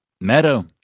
Meadow